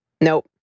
Nope